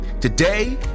Today